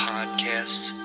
Podcasts